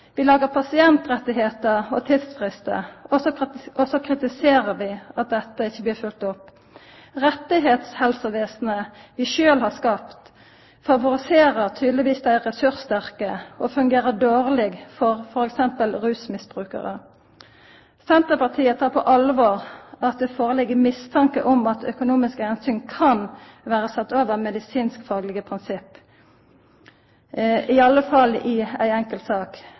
vi desse. Vi lagar pasientrettar og tidsfristar, og så kritiserer vi at dei ikkje blir følgde opp. Det rettshelsevesenet vi sjølve har skapt, favoriserer tydelegvis dei ressurssterke og fungerer dårleg for f.eks. rusmisbrukarar. Senterpartiet tek alvorleg at det ligg føre mistanke om at økonomiske omsyn kan vera sette over medsinsk-faglege prinsipp – i alle fall i ei